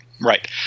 right